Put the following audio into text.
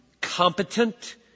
competent